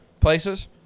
places